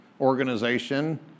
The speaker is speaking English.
Organization